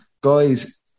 Guys